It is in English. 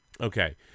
Okay